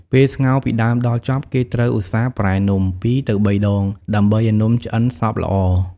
ពេលស្ងោរពីដើមដល់ចប់ គេត្រូវឧស្សាហ៍ប្រែនំ ២ទៅ៣ដង ដើម្បីឱ្យនំឆ្អិនសព្វល្អ៕